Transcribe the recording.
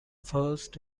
first